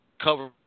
cover